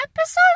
Episode